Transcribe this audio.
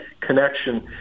connection